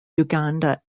uganda